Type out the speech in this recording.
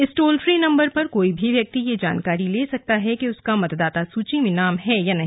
इस toll free number पर कोई भी व्यक्ति ये जानकारी ले सकता है कि उसका मतदाता सूची में नाम है या नहीं